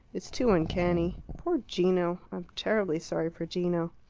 it's too uncanny. poor gino! i'm terribly sorry for gino.